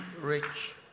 rich